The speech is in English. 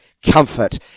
comfort